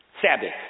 Sabbath